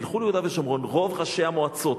תלכו ליהודה ושומרון רוב ראשי המועצות,